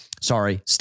Sorry